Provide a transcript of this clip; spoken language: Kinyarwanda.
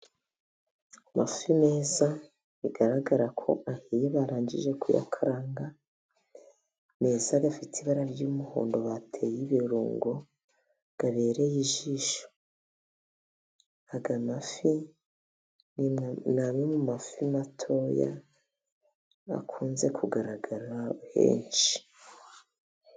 Amafi meza bigaragara ko ahiye, barangije kuyakaranga neza. Afite ibara ry'umuhondo bateye ibirungo, abereye ijisho. Aya mafi matoya akunze kugaragara henshi.